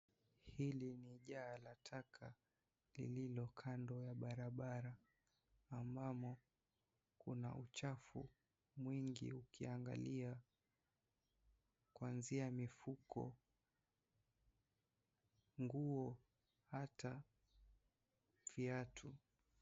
Hili ni jaa la taka lililo kando ya barabara ambamo kuna uchafu mwingi ukiangalia kuanzia mifuko, nguo hata viatu.